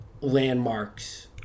landmarks